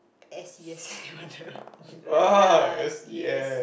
S years or like ya yes